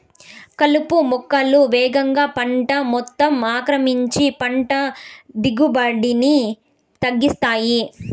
కలుపు మొక్కలు వేగంగా పంట మొత్తం ఆక్రమించి పంట దిగుబడిని తగ్గిస్తాయి